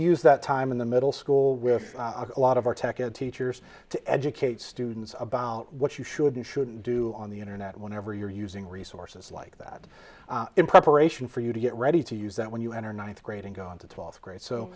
use that time in the middle school with a lot of our tech and teachers to educate students about what you should and shouldn't do on the internet whenever you're using resources like that in preparation for you to get ready to use that when you enter ninth grade and go into twelfth grade so